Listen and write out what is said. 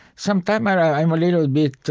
sometimes i'm a little bit